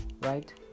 right